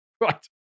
Right